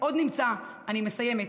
אני מסיימת.